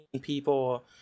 people